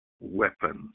weapons